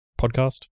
podcast